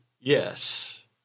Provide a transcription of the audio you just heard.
Yes